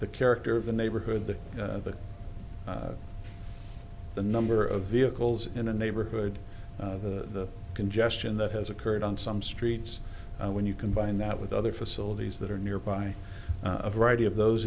the character of the neighborhood but the number of vehicles in the neighborhood the congestion that has occurred on some streets and when you combine that with other facilities that are nearby a variety of those